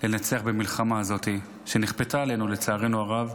לנצח במלחמה הזאת, שנכפתה עלינו, לצערנו הרב,